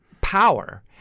power